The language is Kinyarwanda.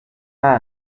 nta